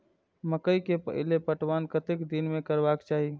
मकेय के पहिल पटवन कतेक दिन में करबाक चाही?